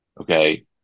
okay